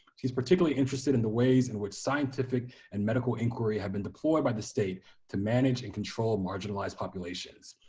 she's particularly interested in the ways in which scientific and medical inquiry have been deployed by the state to manage and control marginalized populations.